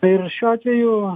tai yra šiuo atveju